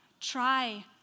Try